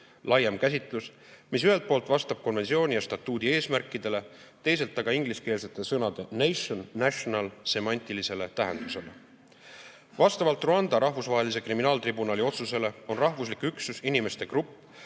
laiem käsitlus, mis ühelt poolt vastab konventsiooni ja statuudi eesmärkidele, teiselt [poolt] aga ingliskeelsete sõnadenationjanationalsemantilisele tähendusele. Vastavalt Rwanda Rahvusvahelise Kriminaaltribunali otsusele on rahvuslik üksus inimeste grupp,